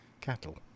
cattle